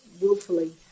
willfully